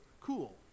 cool